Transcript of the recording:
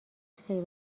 خیر